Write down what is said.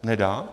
Nedá?